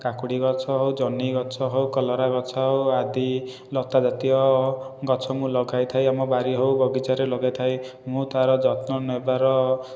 କାକୁଡ଼ି ଗଛ ହେଉ ଜହ୍ନି ଗଛ ହେଉ କଲରା ଗଛ ହେଉ ଆଦି ଲତା ଜାତୀୟ ଗଛ ମୁଁ ଲଗାଇଥାଏ ଆମ ବାରି ହେଉ ବଗିଚାରେ ଲଗାଇଥାଏ ମୁଁ ତାର ଯତ୍ନ ନେବାର